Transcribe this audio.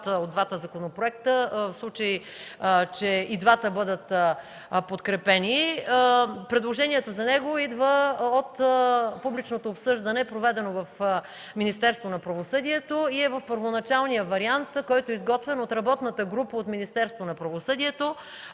от двата законопроекта, в случай че и двата бъдат подкрепени. Предложенията за него идват от публичното обсъждане, проведено в Министерството на правосъдието, и е в първоначалния вариант, който е изготвен от работната група от Министерството на правосъдието.